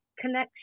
connection